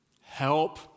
help